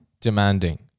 demanding